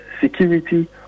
security